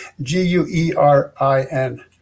G-U-E-R-I-N